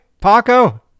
Paco